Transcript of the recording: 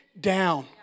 down